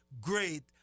great